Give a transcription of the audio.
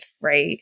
right